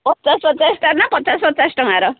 ପଚାଶ ପଚାଶଟା ନା ପଚାଶ ପଚାଶ ଟଙ୍କାର